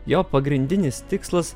jo pagrindinis tikslas